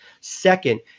Second